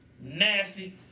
Nasty